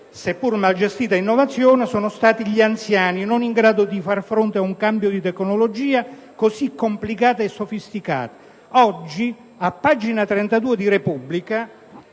seppur malgestita, innovazione sono stati gli anziani non in grado di far fronte a un cambio di tecnologia così complicata e sofisticata. Oggi, a pagina 32 del